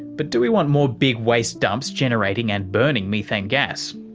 but do we want more big waste dumps generating and burning methane gas?